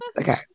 okay